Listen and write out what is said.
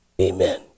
Amen